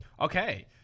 Okay